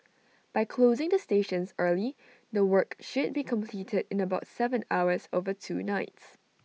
by closing the stations early the work should be completed in about Seven hours over two nights